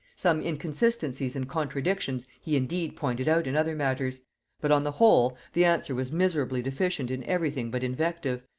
some inconsistencies and contradictions he indeed pointed out in other matters but, on the whole, the answer was miserably deficient in every thing but invective,